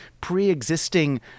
pre-existing